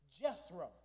Jethro